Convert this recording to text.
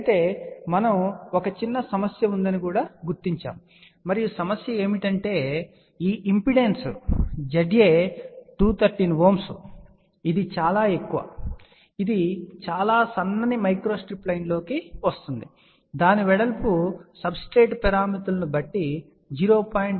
అయితే మనము ఒక చిన్న సమస్య ఉందని గుర్తించాం మరియు సమస్య ఏమిటంటే ఈ ఇంపిడెన్స్ Za 213 ohm ఇది చాలా ఎక్కువ ఇది చాలా సన్నని మైక్రోస్ట్రిప్ లైన్లోకి వస్తుంది దాని వెడల్పు సబ్స్ట్రేట్ పారామితులను బట్టి 0